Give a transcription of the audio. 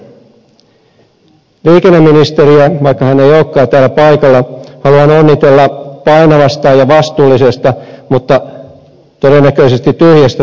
liikenneministeriä vaikka hän ei olekaan täällä paikalla haluan onnitella painavasta ja vastuullisesta mutta todennäköisesti tyhjästä salkusta